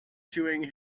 chewing